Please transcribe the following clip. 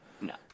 No